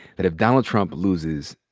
that if donald trump loses,